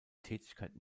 tätigkeit